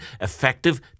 effective